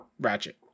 Ratchet